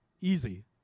easy